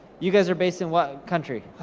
you guys are based in what country?